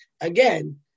Again